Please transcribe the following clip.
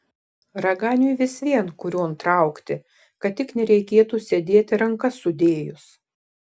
raganiui vis vien kurion traukti kad tik nereikėtų sėdėti rankas sudėjus